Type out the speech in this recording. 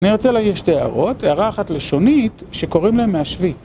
אני רוצה להעיר שתי הערות, הערה אחת לשונית, שקוראים להם מהשווי.